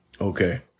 Okay